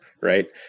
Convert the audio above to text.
Right